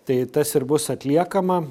tai tas ir bus atliekama